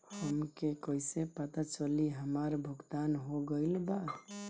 हमके कईसे पता चली हमार भुगतान हो गईल बा?